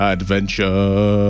Adventure